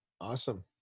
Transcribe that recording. Awesome